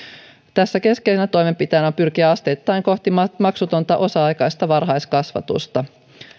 tässä keskeisenä toimenpiteenä on pyrkiä asteittain kohti maksutonta osa aikaista varhaiskasvatusta